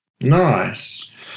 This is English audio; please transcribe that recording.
Nice